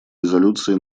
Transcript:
резолюции